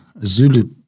Zulu